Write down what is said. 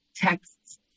texts